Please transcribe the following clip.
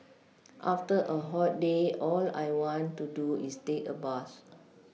after a hot day all I want to do is take a bath